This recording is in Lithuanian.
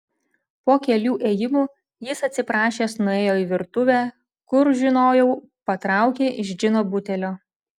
po kelių ėjimų jis atsiprašęs nuėjo į virtuvę kur žinojau patraukė iš džino butelio